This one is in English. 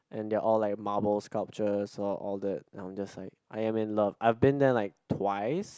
and they are all like Marvel sculptures so all that I am just like I am in love I've been there like twice